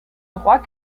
droits